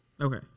Okay